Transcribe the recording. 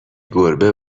گربه